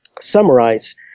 summarize